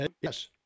Yes